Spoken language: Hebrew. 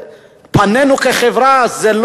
פנינו כחברה זה,